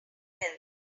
else